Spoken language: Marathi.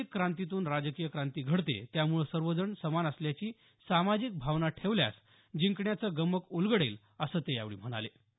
सामाजिक क्रांतीतून राजकीय क्रांती घडते त्यामुळे सर्वजण समान असल्याची सामाजिक भावना ठेवल्यास जिंकण्याचं गमक उलगडेल असं ते यावेळी म्हणाले